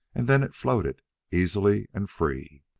and then it floated easily and free.